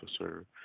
officer